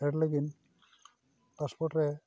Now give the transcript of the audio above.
ᱯᱷᱮᱰ ᱞᱟᱹᱜᱤᱫ ᱯᱟᱥᱯᱳᱨᱴ ᱨᱮ